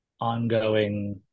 ongoing